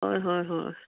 হয় হয় হয়